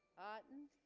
auden